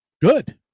good